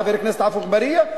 חבר הכנסת עפו אגבאריה,